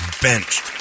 benched